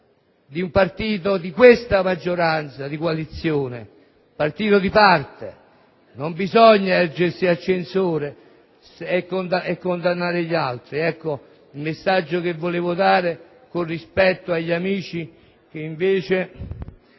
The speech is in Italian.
di un partito di questa maggioranza di coalizione; un partito di parte. Non bisogna ergersi a censore e condannare gli altri. Questo è il messaggio che volevo dare, con rispetto, agli amici che invece